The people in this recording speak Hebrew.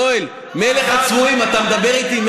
יואל, מלך הצבועים, אתה מדבר איתי?